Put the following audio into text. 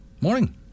Morning